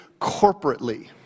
corporately